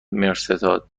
میرستاد